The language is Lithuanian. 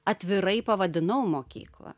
atvirai pavadinau mokyklą